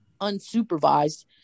unsupervised